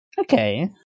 Okay